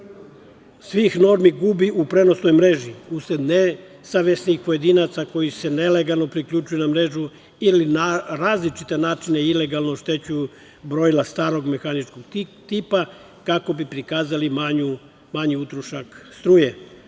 svih normi gubi u prenosnoj mreži usled nesavesnih pojedinaca koji se nelegalno priključuju na mrežu ili na različite načine ilegalno oštećuju brojila starog mehaničkog tipa kako bi prikazali manji utrošak struje. Verujem